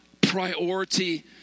priority